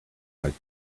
might